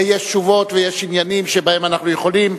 יש תשובות ויש עניינים שבהם אנחנו יכולים.